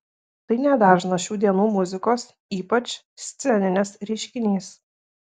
tai nedažnas šių dienų muzikos ypač sceninės reiškinys